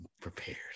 prepared